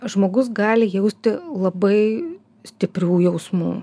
žmogus gali jausti labai stiprių jausmų